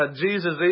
Jesus